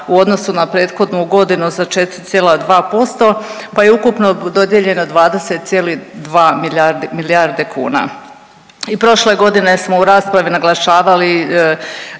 u odnosu na prethodnu godinu za 4,2% pa je ukupno dodijeljeno 20,2 milijarde kuna. I prošle godine smo u raspravi naglašavali,